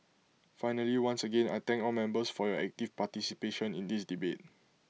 finally once again I thank all members for your active participation in this debate